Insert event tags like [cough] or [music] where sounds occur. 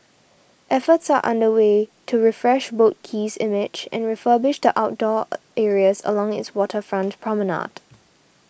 efforts are under way to refresh Boat Quay's image and refurbish the outdoor [hesitation] areas along its waterfront promenade